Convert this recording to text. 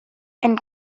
einen